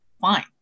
fine